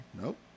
Nope